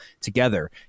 together